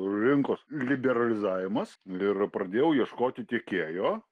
rinkos liberalizavimas ir pradėjau ieškoti tiekėjo